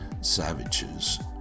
savages